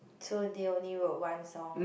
so they only wrote one song